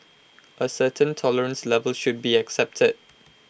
A certain tolerance level should be accepted